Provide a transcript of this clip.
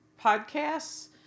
podcasts